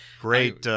great